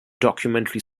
documentary